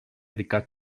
dikkat